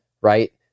Right